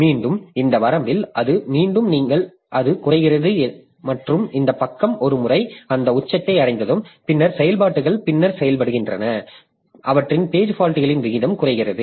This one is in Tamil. மீண்டும் இந்த வரம்பில் அது குறைகிறது மற்றும் இந்த பக்கம் ஒரு முறை அது உச்சத்தை அடைந்ததும் பின்னர் செயல்பாடுகள் பின்னர் செயல்படுகின்றன பின்னர் அவற்றின் பேஜ் ஃபால்ட்களின் வீதம் குறைகிறது